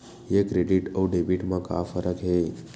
ये क्रेडिट आऊ डेबिट मा का फरक है?